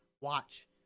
watch